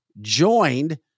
joined